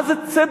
מה זה ציד